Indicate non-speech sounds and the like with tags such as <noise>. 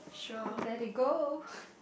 let it go <breath>